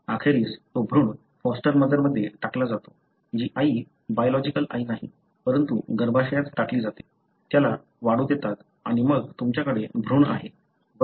अखेरीस तो भ्रूण फॉस्टर मदरमध्ये टाकला जातो जी आई बायो लॉजिकल आई नाही परंतु गर्भाशयात टाकली जाते त्याला वाढू देतात आणि मग तुमच्याकडे भ्रूण आहेत बरोबर